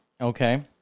Okay